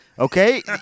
Okay